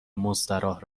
مستراح